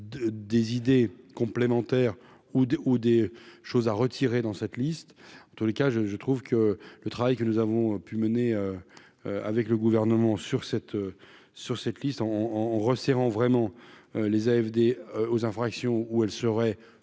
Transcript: des idées complémentaires ou des, ou des choses à retirer dans cette liste, en tous les cas, je, je trouve que le travail que nous avons pu mener avec le gouvernement sur cette sur cette liste en en resserrant vraiment les AFD aux infractions où elle serait